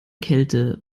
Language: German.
kälte